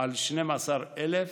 על 12,000,